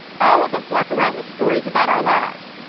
all of us walk around with stories about our lives.